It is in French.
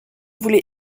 voulait